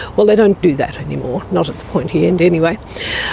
well, they don't do that any more, not at the pointy end anyway.